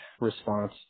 response